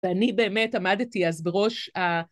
ואני באמת עמדתי אז בראש ה...